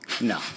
No